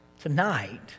tonight